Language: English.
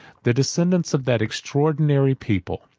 the descendants of that extraordinary people,